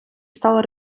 стала